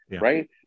right